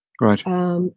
Right